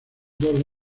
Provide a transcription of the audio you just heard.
dos